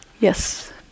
Yes